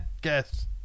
Guess